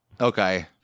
Okay